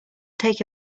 take